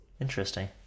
interesting